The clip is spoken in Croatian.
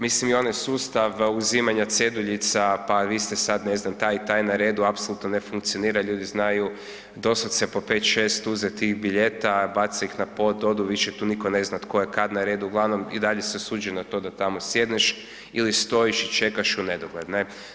Mislim, i onaj sustav uzimanja ceduljica, pa vi ste sad taj i taj na redu, apsolutno ne funkcionira, ljudi znaju doslovce po 5, 6 uzeti tih biljeta, bace ih na pod, odu, više tu niko ne zna kad je tko na redu, uglavnom, i dalje si osuđen na to da tamo sjedneš ili stojiš i čekaš u nedogled, ne.